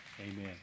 Amen